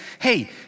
hey